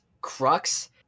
crux